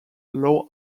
low